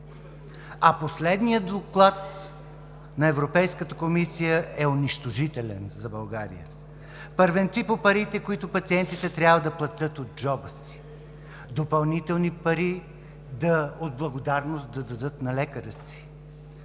Последният доклад на Европейската комисия е унищожителен за България: първенци по парите, които пациентите трябва да платят от джоба си; допълнителни пари, които от благодарност да дадат на лекаря си.